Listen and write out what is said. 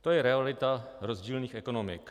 To je realita rozdílných ekonomik.